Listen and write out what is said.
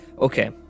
Okay